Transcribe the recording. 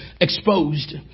exposed